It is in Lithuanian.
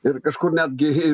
ir kažkur netgi